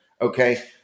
okay